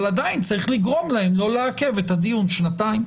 אבל עדיין צריך לגרום להם לא לעכב את הדיון שנתיים.